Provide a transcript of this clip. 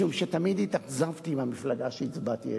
משום שתמיד התאכזבתי מהמפלגה שהצבעתי לה.